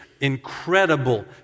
incredible